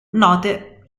note